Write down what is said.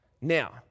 now